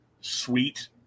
sweet